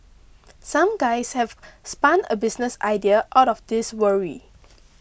some guys have spun a business idea out of this worry